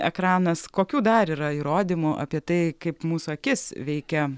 ekranas kokių dar yra įrodymų apie tai kaip mūsų akis veikia